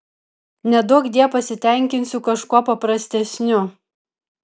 neduokdie pasitenkinsiu kažkuo paprastesniu